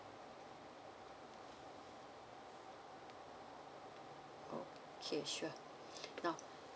okay sure now